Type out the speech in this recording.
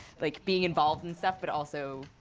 like being involved in stuff, but also